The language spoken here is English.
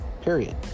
period